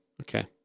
Okay